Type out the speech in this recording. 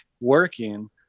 working